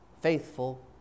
faithful